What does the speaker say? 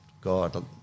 god